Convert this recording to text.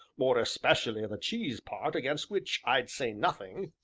more especially the cheese part, against which i'd say nothing,